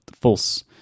false